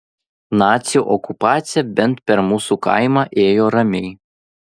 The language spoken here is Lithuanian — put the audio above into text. nacių okupacija bent per mūsų kaimą ėjo ramiai